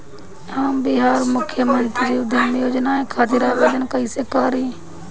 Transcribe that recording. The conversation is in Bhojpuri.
हम बिहार मुख्यमंत्री उद्यमी योजना खातिर आवेदन कईसे करी?